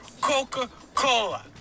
Coca-Cola